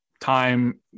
time